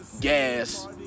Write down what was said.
gas